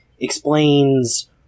explains